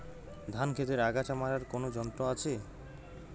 ধান ক্ষেতের আগাছা মারার কোন যন্ত্র আছে?